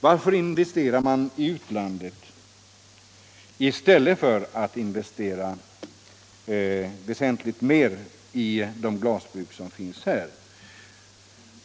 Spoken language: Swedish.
Varför investerar man i utlandet i stället för att investera väsentligt mer i de glasbruk som finns här.